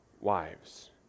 wives